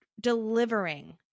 delivering